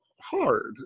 hard